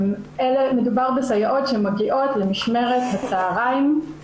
מדובר בסייעות שמגיעות למשמרת בצהריים,